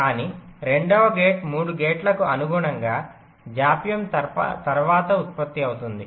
కానీ రెండవ గేట్ 3 గేట్లకు అనుగుణంగా జాప్యం తర్వాత ఉత్పత్తి అవుతుంది